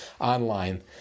online